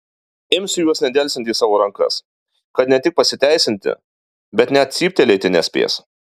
imsiu juos nedelsiant į savo rankas kad ne tik pasiteisinti bet net cyptelėti nespės